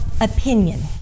opinion